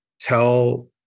tell